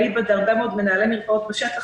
אליבא דהרבה מאוד מנהלי מרפאות בשטח,